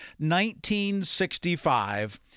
1965